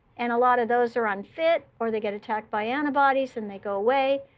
and a lot of those are unfit or they get attacked by antibodies, and they go away.